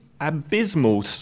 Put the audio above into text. abysmal